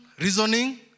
reasoning